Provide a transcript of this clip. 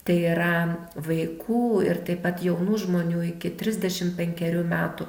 tai yra vaikų ir taip pat jaunų žmonių iki trisdešimt penkerių metų